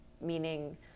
meaning